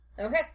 Okay